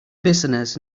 listeners